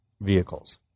vehicles